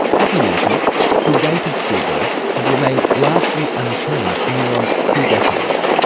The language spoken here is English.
as he mentioned the rate of stillbirths has remained largely unchanged for near on two decades.